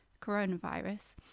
coronavirus